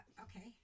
okay